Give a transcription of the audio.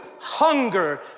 hunger